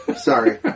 Sorry